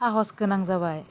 साहस गोनां जाबाय